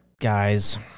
guys